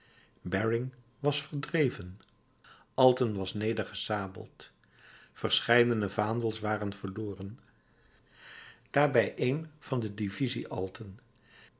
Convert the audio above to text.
baring was verdreven alten was nedergesabeld verscheidene vaandels waren verloren daarbij een van de divisie alten